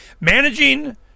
managing